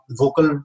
vocal